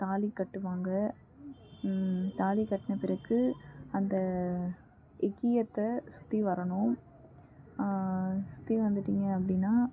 தாலி கட்டுவாங்க தாலி கட்டின பிறகு அந்த எக்கியத்தை சுற்றி வரணும் சுற்றி வந்துட்டீங்க அப்படின்னா